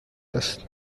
است